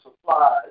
supplies